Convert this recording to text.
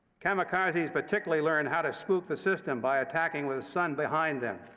kamikazes particularly learned how to spook the system by attacking with the sun behind them.